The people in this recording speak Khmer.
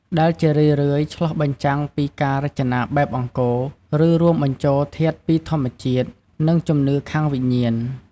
ដែលជារឿយៗឆ្លុះបញ្ចាំងពីការរចនាបែបអង្គរ ឬរួមបញ្ចូលធាតុពីធម្មជាតិ និងជំនឿខាងវិញ្ញាណ។